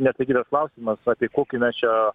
neatsakytas klausimas apie kokį mes čia